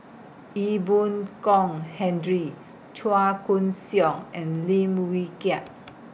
Ee Boon Kong Hendry Chua Koon Siong and Lim Wee Kiak